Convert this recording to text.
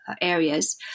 areas